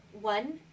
one